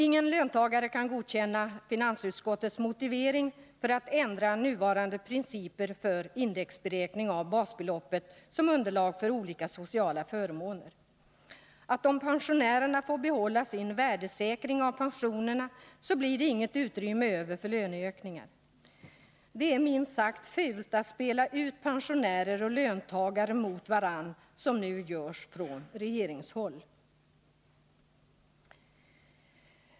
Ingen löntagare kan godkänna finansutskottets motivering för att ändra nuvarande principer för indexberäkning av basbeloppet som underlag för olika sociala förmåner, nämligen att det om pensionärerna får behålla sin s.k. värdesäkring av pensionerna inte blir något utrymme över för löneökningar. Det är minst sagt fult att spela ut pensionärer och löntagare mot varandra, som nu görs från regeringshåll.